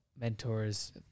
mentors